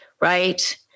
right